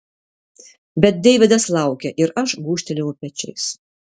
bet deividas laukė ir aš gūžtelėjau pečiais